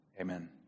Amen